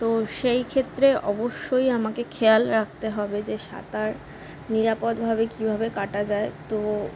তো সেই ক্ষেত্রে অবশ্যই আমাকে খেয়াল রাখতে হবে যে সাঁতার নিরাপদভাবে কীভাবে কাটা যায় তো